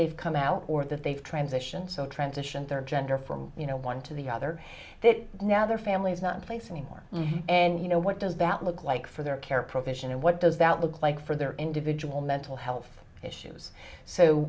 they've come out or that they've transition so transition their gender from one to the other that now their family's not place anymore and you know what does that look like for their care provision and what does that look like for their individual mental health issues so